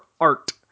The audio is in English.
art